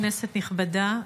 כנסת נכבדה,